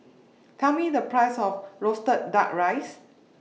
Tell Me The Price of Roasted Duck Rice